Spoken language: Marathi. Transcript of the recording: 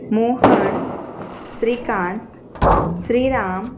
मोहण श्रीकांत श्रीराम